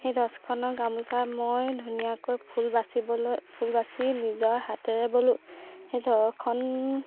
সেই দহখনৰ গামোচা মই ধুনীয়াকৈ ফুল বাচিবলৈ ফুল বাচি নিজৰ হাতেৰে বলোঁ সেই দহখন